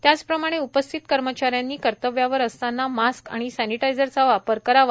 त्याचप्रमाणे उपस्थित कर्मचाऱ्यांनी कर्तव्यावर असतांना मास्क सॅनिटायझरचा वापर करावा